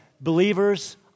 believers